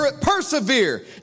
persevere